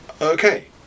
Okay